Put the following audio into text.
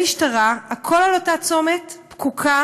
ומשטרה, הכול על אותו צומת פקוק.